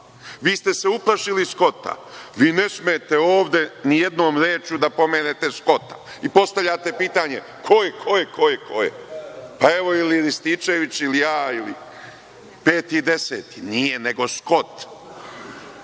vi ste se uplašili Skota. Vi ne smete ovde ni jednom rečju da pomenete Skota i postavljate pitanje – ko je, ko je, ko je, ko je? Pa evo, ili Rističević ili ja, pet i deset, nije nego Skot.